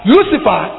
Lucifer